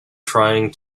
trying